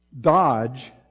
dodge